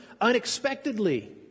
unexpectedly